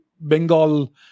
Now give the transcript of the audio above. Bengal